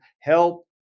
help